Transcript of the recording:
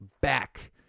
Back